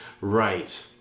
right